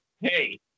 Hey